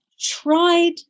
tried